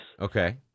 Okay